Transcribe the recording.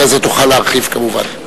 אחרי זה תוכל להרחיב כמובן.